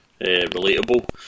relatable